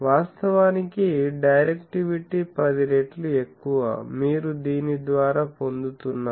వాస్తవానికి డైరెక్టివిటీ 10 రెట్లు ఎక్కువ మీరు దీని ద్వారా పొందుతున్నారు